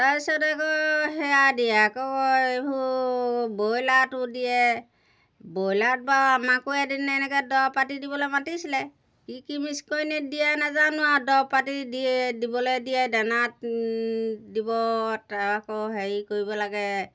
তাৰপিছত আকৌ সেইয়া দিয়ে আকৌ এইবোৰ বইলাৰতো দিয়ে ব্ৰইলাৰত বাৰু আমাকো এদিন এনেকৈ দৰৱ পাতি দিবলৈ মাতিছিলে কি কি মিক্স কৰি দিয়ে নাজানোঁ আৰু দৰৱ পাতি দিয়ে দিবলৈ দিয়ে দানাত দিব আকৌ হেৰি কৰিব লাগে